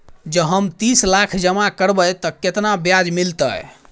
जँ हम तीस लाख जमा करबै तऽ केतना ब्याज मिलतै?